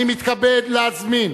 אני מתכבד להזמין